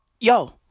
yo